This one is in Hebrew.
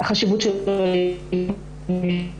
החשיבות שלו היא משנית.